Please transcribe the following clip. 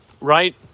right